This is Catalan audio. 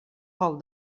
gol